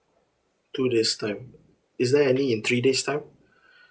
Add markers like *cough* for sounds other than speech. two days time is there any in three days time *breath*